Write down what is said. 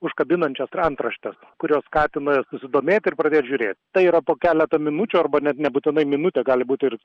užkabinančias antraštes kurios skatina susidomėt ir pradėt žiūrėt tai yra po keletą minučių arba net nebūtinai minutė gali būt ir